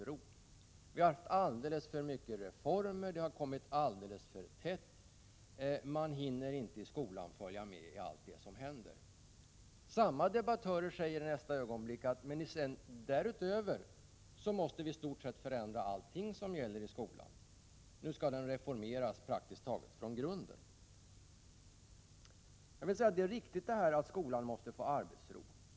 Vi har alldeles för många reformer, och de har kommit alldeles för tätt. Man hinner inte följa med i allt som händer i skolan. Samma debattörer säger i nästa ögonblick: Därutöver måste vi i stort sett förändra allting som gäller i skolan. Nu skall den reformeras praktiskt taget från grunden. Det är riktigt att skolan måste få arbetsro.